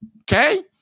Okay